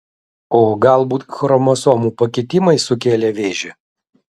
o galbūt chromosomų pakitimai sukėlė vėžį